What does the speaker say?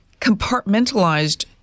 compartmentalized